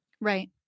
Right